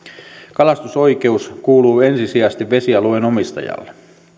kalastusoikeus kuuluu ensisijaisesti vesialueen omistajalle